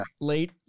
late